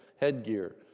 headgear